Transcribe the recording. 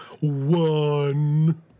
one